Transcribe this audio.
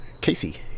Casey